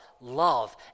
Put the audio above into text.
love